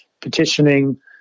petitioning